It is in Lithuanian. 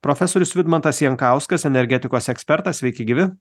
profesorius vidmantas jankauskas energetikos ekspertas sveiki gyvi